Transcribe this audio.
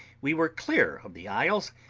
we were clear of the isles,